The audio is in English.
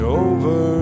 over